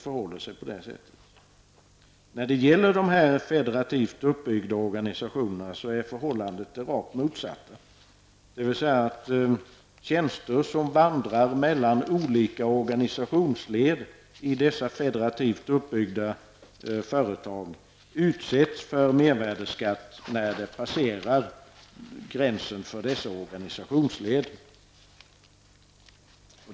För de federativt uppbyggda organisationerna är förhållandet det rakt motsatta. Tjänster som vandrar mellan olika organisationsled i dessa federativt uppbyggda företag utsätts för mervärdeskatt när de passerar gränsen för dessa organisationsled.